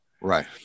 Right